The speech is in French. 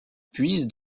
puise